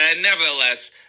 Nevertheless